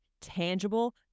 tangible